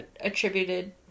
attributed